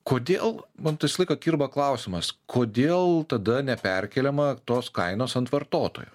kodėl man tai visą laiką kirba klausimas kodėl tada neperkeliama tos kainos ant vartotojo